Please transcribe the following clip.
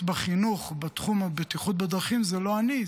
בחינוך בתחום הבטיחות בדרכים זה לא אני,